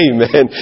Amen